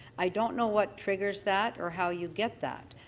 i don't know what triggers that, or how you get that,